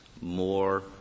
more